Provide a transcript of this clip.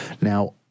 now